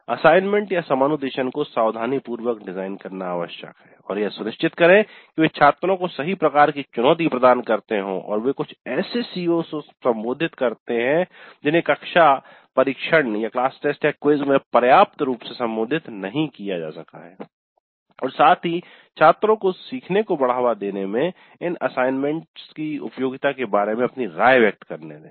assignment को सावधानीपूर्वक design करना आवश्यक है और यह सुनिश्चित करे कि वे छात्रों को सही प्रकार की चुनौती प्रदान करते हो और वे कुछ ऐसे सीओ CO's को संबोधित करते हैं जिन्हें कक्षा परिक्षण या क्विज़ में पर्याप्त रूप से संबोधित नहीं किया जा सका है और साथ ही छात्रों को सीखने को बढ़ावा देने में इन असाइनमेंट की उपयोगिता के बारे में अपनी राय व्यक्त करने दें